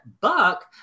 Buck